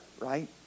right